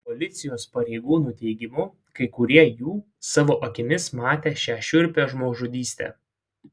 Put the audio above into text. policijos pareigūnų teigimu kai kurie jų savo akimis matė šią šiurpią žmogžudystę